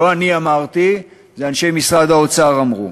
לא אני אמרתי, אנשי משרד האוצר אמרו.